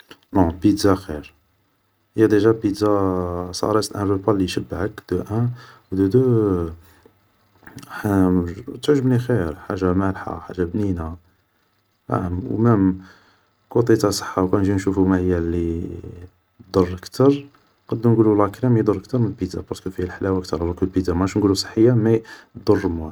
نون, بيتزا خير, هي ديجا البيتزا سا راست ان روبا لي يشبعك دو ان, و دو دو تعجبني خير, حاجة مالحة حاجة بنينة, فاهم و مام كوطي تاع صحة و كان نجيو نشوفو ما هي لي ضر كتر, نقدو نقولو لاكرام هي لي ضر كتر من بيزا فيها حلاوة, ما راناش نقولو بيتزا صحية مي هي ضر موان